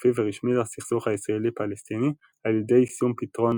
סופי ורשמי לסכסוך הישראלי-פלסטיני על ידי יישום פתרון